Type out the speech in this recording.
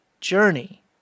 journey